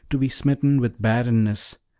to be smitten with barrenness,